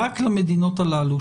רק למדינות הללו,